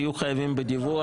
יהיו חייבים בדיווח,